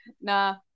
Nah